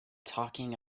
talking